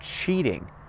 cheating